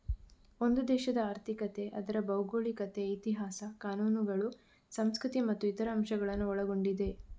ಒಂದು ದೇಶದ ಆರ್ಥಿಕತೆ ಅದರ ಭೌಗೋಳಿಕತೆ, ಇತಿಹಾಸ, ಕಾನೂನುಗಳು, ಸಂಸ್ಕೃತಿ ಮತ್ತು ಇತರ ಅಂಶಗಳನ್ನ ಒಳಗೊಂಡಿದೆ